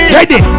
Ready